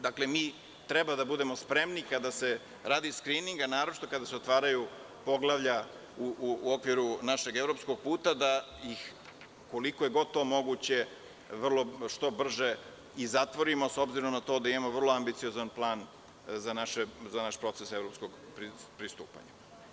Dakle, mi treba da budemo spremni kada se radi skrining, a naročito kada se otvaraju poglavlja u okviru našeg evropskog puta, da ih koliko je god to moguće što brže i zatvorimo, a s obzirom na to da imamo vrlo ambiciozan plan za naš proces evropskog pristupanja.